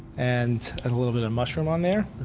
and add a little bit of mushroom on there.